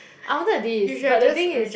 I wanted this but the thing is